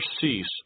cease